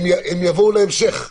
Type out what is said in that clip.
יבואו להמשך.